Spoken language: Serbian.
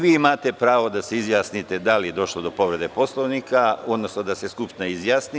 Vi imate pravo da se izjasnite da li je došlo do povrede Poslovnika, odnosno da se Skupština izjasni.